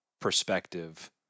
perspective